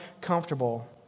comfortable